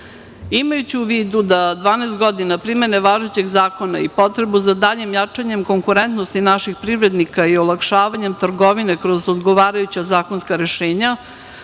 zakona. Imajući u vidu da 12 godina primene važećeg zakona i potrebu za daljim jačanjem konkurentnosti naših privrednika i olakšavanjem trgovine kroz odgovarajuća zakonska rešenja,